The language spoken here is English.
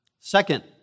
Second